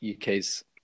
UK's